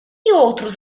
outros